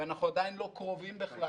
ועדיין לא קרובים בכלל.